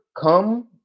come